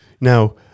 Now